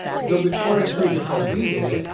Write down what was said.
and so before i show you how we did it,